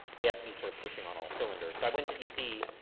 we have to be sort of pushing on all cylinders. so i went to dc,